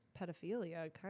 pedophilia